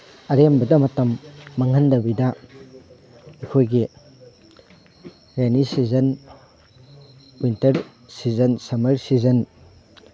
ꯑꯔꯦꯝꯕꯗ ꯃꯇꯝ ꯃꯥꯡꯍꯟꯗꯕꯤꯗ ꯑꯩꯈꯣꯏꯒꯤ rainy season winter season summer season